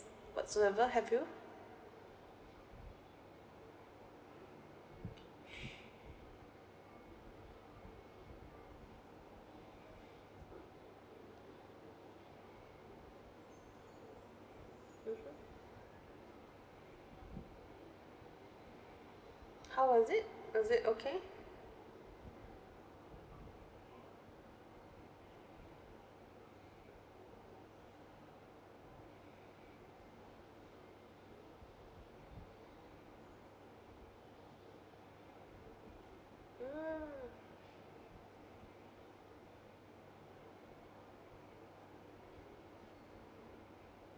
whatsoever have you how was it was it okay mm